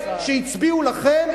שהצביעו לכם,